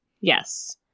Yes